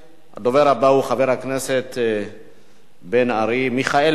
הדובר הבא הוא חבר הכנסת מיכאל בן-ארי.